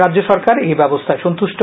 রাজ্য সরকার এই ব্যবস্থায় সন্তুষ্ঠ